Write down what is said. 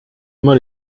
immer